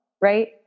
right